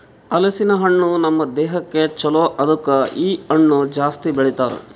ಹಲಸಿನ ಹಣ್ಣು ನಮ್ ದೇಹಕ್ ಛಲೋ ಅದುಕೆ ಇ ಹಣ್ಣು ಜಾಸ್ತಿ ಬೆಳಿತಾರ್